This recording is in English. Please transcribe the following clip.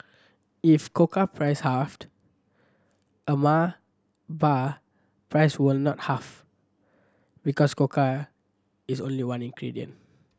if cocoa price halved a Mar bar price will not halve because cocoa is only one ingredient